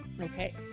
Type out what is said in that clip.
Okay